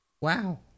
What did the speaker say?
Wow